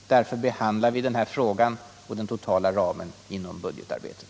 Och därför behandlar vi den här frågan inom budgetarbetet.